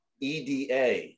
EDA